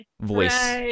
voice